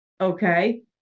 okay